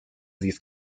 these